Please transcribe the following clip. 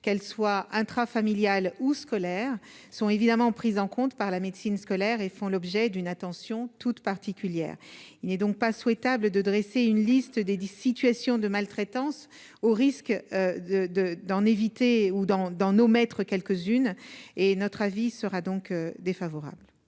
qu'elle soit intra-familial ou scolaire sont évidemment pris en compte par la médecine scolaire et font l'objet d'une attention toute particulière, il n'est donc pas souhaitable de dresser une liste des des situations de maltraitance au risque de, de, d'en éviter ou dans dans nos maîtres quelques-unes et notre avis sera donc défavorable.